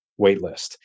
waitlist